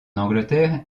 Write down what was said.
angleterre